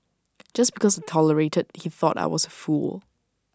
just because I tolerated he thought I was A fool